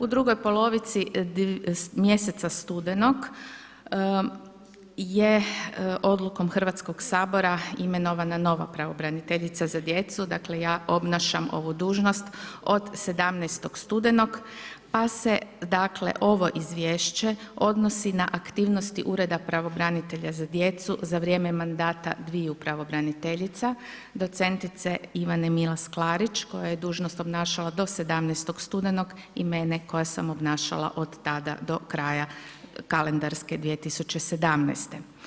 U drugoj polovici mjeseca studenog je odlukom Hrvatskog sabora imenovana nova pravobraniteljica za djecu, dakle ja obnašam ovu dužnost od 17. studenog pa se ovo izvješće odnosi na aktivnosti Ureda pravobranitelja za djecu za vrijeme mandata dviju pravobraniteljica docentice Ivane MIlas Klarić koja je dužnost obnašala do 17. studenog i mene koja sam obnašala od tada do kraja kalendarske 2017.